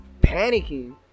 panicking